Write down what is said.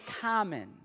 common